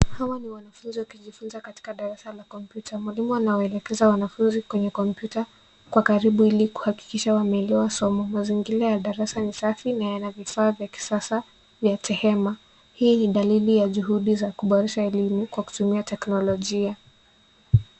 Hawa ni wanafunzi wakijifunza katika darsa la kompyuta, mwalimu anawaelekeza wanafunzi kwenye kompyuta kwa karibu ili kuhakikisha wameelewa somo, mazingira ya darsa ni safi na yana vifaa vya kisasa vya tehema, hii ni dalili ya juhudi za kuboresha elimu kwa kutumia teknolojia.